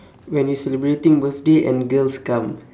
when you celebrating birthday and girls come